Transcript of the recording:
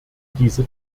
diese